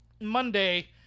Monday